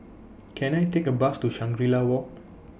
Can I Take A Bus to Shangri La Walk